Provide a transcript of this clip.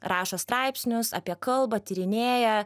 rašo straipsnius apie kalbą tyrinėja